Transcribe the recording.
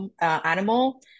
animal